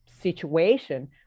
situation